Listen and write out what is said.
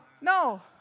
no